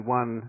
one